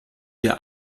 ihr